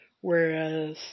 whereas